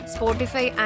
Spotify